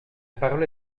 parole